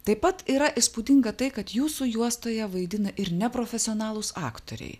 taip pat yra įspūdinga tai kad jūsų juostoje vaidina ir neprofesionalūs aktoriai